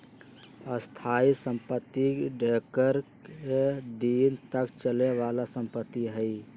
स्थाइ सम्पति ढेरेक दिन तक चले बला संपत्ति हइ